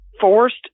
forced